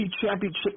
championship